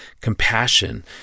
compassion